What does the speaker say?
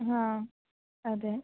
ഹാ അതെ